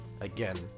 again